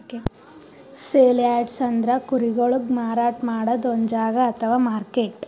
sale yards ಅಂದ್ರ ಕುರಿಗೊಳಿಗ್ ಮಾರಾಟ್ ಮಾಡದ್ದ್ ಒಂದ್ ಜಾಗಾ ಅಥವಾ ಮಾರ್ಕೆಟ್